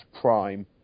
Prime